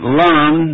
learn